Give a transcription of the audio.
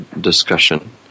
discussion